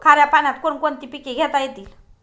खाऱ्या पाण्यात कोण कोणती पिके घेता येतील?